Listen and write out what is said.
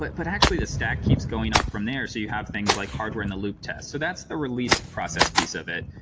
but but actually the stack keeps going up from there. so you have things like hardware in the loop test. so that's the release process piece of it.